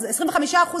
25%,